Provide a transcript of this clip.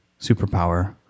superpower